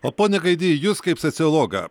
o pone gaidy jus kaip sociologą